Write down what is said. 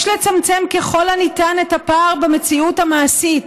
יש לצמצם ככל הניתן את הפער בין המציאות המעשית,